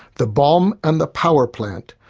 the bomb and the power plant,